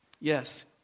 yes